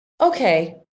Okay